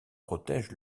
protège